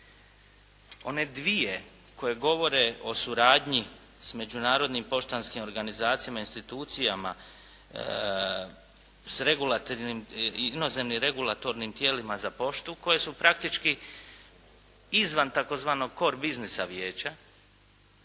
one dvije koje govore o suradnji s međunarodnim poštanskim organizacijama i institucijama s regulatornim, inozemnim regulatornim tijelima za poštu koje su praktički izvan tzv. "kor" biznisa vijeća,